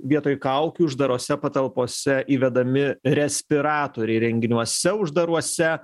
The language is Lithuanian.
vietoj kaukių uždarose patalpose įvedami respiratoriai renginiuose uždaruose